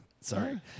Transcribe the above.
Sorry